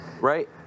Right